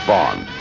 Bond